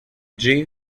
jay